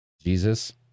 jesus